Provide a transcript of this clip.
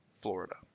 Florida